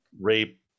rape